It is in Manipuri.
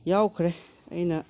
ꯌꯥꯎꯈ꯭ꯔꯦ ꯑꯩꯅ